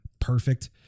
Perfect